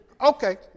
Okay